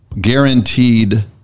guaranteed